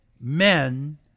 men